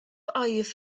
oedd